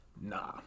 Nah